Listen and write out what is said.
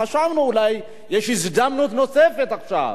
חשבנו שאולי יש הזדמנות נוספת עכשיו